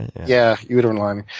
yeah, uterine lining.